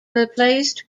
replaced